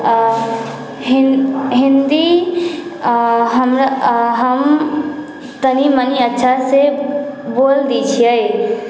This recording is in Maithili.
हिन हिन्दी हमरा हम तनि मनि अच्छासँ बोल लैत छिऐ